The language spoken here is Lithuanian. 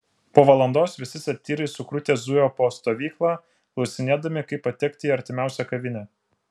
po valandos visi satyrai sukrutę zujo po stovyklą klausinėdami kaip patekti į artimiausią kavinę